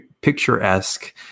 picturesque